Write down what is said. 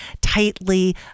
tightly